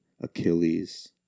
Achilles